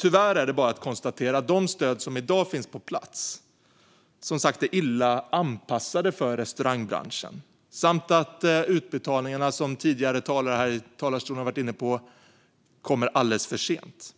Tyvärr är det bara att konstatera att de stöd som i dag finns på plats som sagt är illa anpassade för restaurangbranschen samt att utbetalningarna, som tidigare talare har varit inne på här i talarstolen, kommer alldeles för sent.